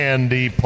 Andy